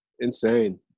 Insane